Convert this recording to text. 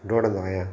डोड़ंदो आहियां